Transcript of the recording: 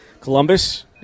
Columbus